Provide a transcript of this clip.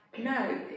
no